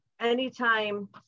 anytime